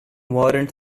warrant